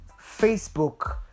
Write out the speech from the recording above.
Facebook